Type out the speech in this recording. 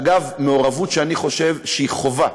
אגב, מעורבות שאני חושב שהיא חובה